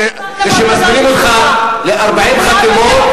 כשמזמינים אותך ב-40 חתימות,